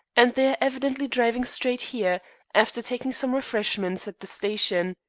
and they are evidently driving straight here after taking some refreshment at the station.